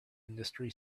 industry